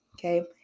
Okay